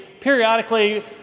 periodically